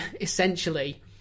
essentially